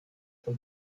von